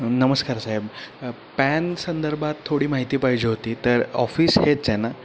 नमस्कार साहेब पॅनसंदर्भात थोडी माहिती पाहिजे होती तर ऑफिस हेच आहे ना